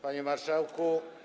Panie Marszałku!